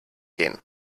gehen